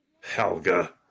Helga